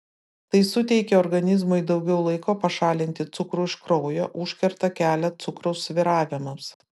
tai suteikia organizmui daugiau laiko pašalinti cukrų iš kraujo užkerta kelią cukraus svyravimams